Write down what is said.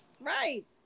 Right